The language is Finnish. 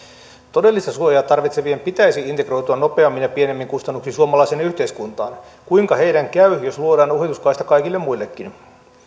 todellista suojaa tarvitsevien pitäisi integroitua nopeammin ja pienemmin kustannuksin suomalaiseen yhteiskuntaan kuinka heidän käy jos luodaan ohituskaista kaikille muillekin